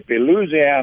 Louisiana